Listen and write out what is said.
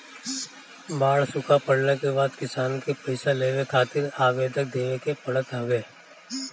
बाढ़ सुखा पड़ला के बाद किसान के पईसा लेवे खातिर आवेदन देवे के पड़त हवे